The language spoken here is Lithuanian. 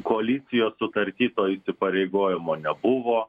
koalicijos sutarty to įsipareigojimo nebuvo